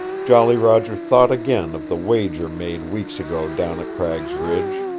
jolly roger thought again of the wager made weeks ago down at cragg's ridge,